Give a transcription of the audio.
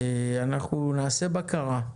אנחנו נעשה בקרה.